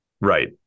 Right